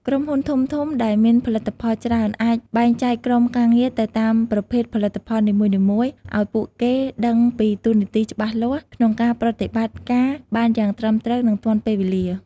ក្រុមហ៊ុនធំៗដែលមានផលិតផលច្រើនអាចបែងចែកក្រុមការងារទៅតាមប្រភេទផលិតផលនីមួយៗឱ្យពួកគេដឹងពីតួនាទីច្បាស់លាស់ក្នុងការប្រតិបត្តិការបានយ៉ាងត្រឹមត្រូវនិងទាន់ពេលវេលា។